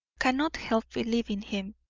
cannot help believing him.